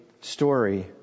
story